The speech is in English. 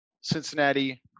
Cincinnati